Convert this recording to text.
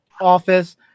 office